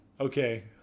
Okay